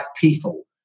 people